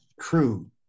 true